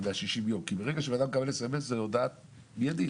כי ברגע שאדם מקבל סמס זה הודעה מידית.